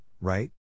right